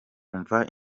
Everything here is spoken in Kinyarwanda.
umva